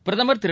பிரதமர் திரு